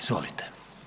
Izvolite.